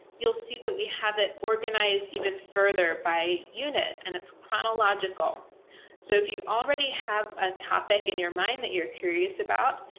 you'll see that we have it organized even further by unit and it's chronological so if you already have a topic in your mind that you're curious about.